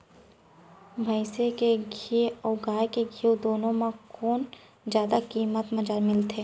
भैंसी के घीव अऊ गाय के घीव दूनो म कोन जादा किम्मत म मिलथे?